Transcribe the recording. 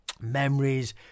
memories